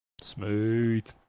Smooth